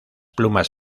plumas